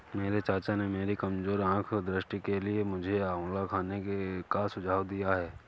मेरे चाचा ने मेरी कमजोर आंख दृष्टि के लिए मुझे आंवला खाने का सुझाव दिया है